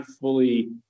fully